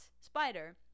spider